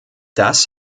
das